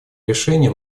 решение